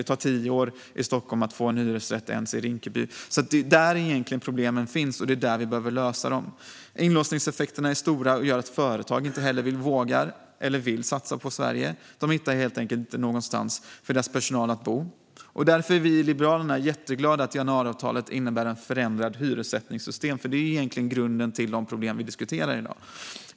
Det tar till exempel tio år i Stockholm att få en hyresrätt i Rinkeby. Det är egentligen detta som är problemet, och det är detta vi behöver lösa. Inlåsningseffekterna är stora, vilket gör att företag inte vågar eller vill satsa på Sverige. De hittar helt enkelt ingenstans där deras personal kan bo. Vi i Liberalerna är därför jätteglada över att januariavtalet innebär ett förändrat hyressättningssystem. Det är grunden till de problem vi diskuterar i dag.